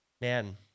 man